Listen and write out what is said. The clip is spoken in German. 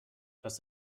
das